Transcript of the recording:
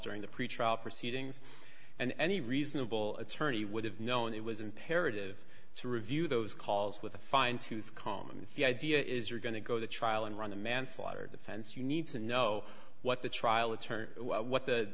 during the pretrial proceedings and any reasonable attorney would have known it was imperative to review those calls with a fine tooth comb if the idea is you're going to go to trial and run a manslaughter defense you need to know what the trial attorney what the